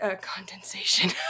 condensation